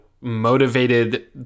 motivated